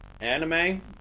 anime